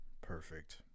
Perfect